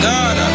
God